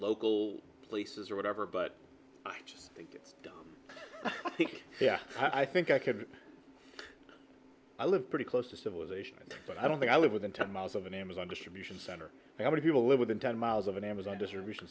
local places or whatever but i just think i think yeah i think i could i live pretty close to civilization but i don't think i live within ten miles of an amazon distribution center how many people live within ten miles of an amazon distribution